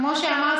כמו שאמרתי,